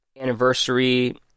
anniversary